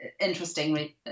interesting